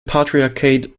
patriarchate